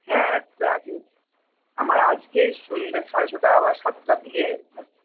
হ্যাঁ আমার আজকেই সন্ধ্যা সাড়ে ছটা বা সাতটার দিকে